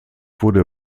wurde